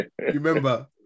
Remember